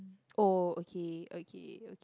oh okay okay okay